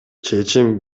чечим